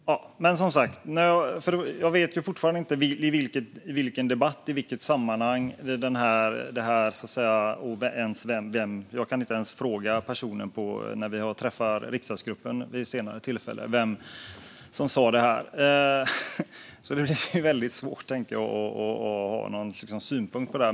Fru talman! Som sagt: Jag vet fortfarande inte vilken debatt eller vilket sammanhang det var. Jag kan inte ens fråga personen när jag träffar riksdagsgruppen vid ett senare tillfälle, så det blir väldigt svårt att ha någon synpunkt.